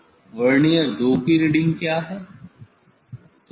vernier 2 की reading क्या है